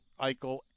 Eichel